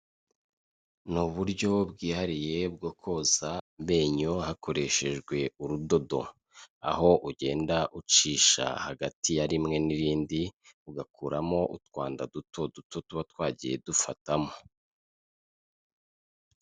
Ni uburyo bwihariye bwo koza amenyo hakoreshejwe urudodo. Aho ugenda ucisha hagati ya rimwe n'irindi ugakuramo utwanda duto duto tuba twagiye dufatamo.